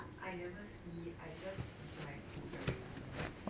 I never see I just eat my food already